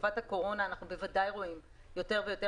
בתקופת הקורונה אנחנו רואים יותר ויותר